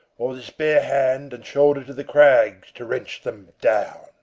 or this bare hand and shoulder to the crags, to wrench them down?